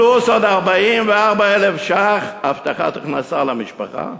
פלוס עוד 44,000 ש"ח הבטחת הכנסה למשפחה,